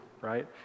right